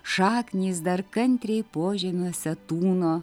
šaknys dar kantriai požemiuose tūno